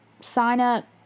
sign-up